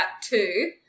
two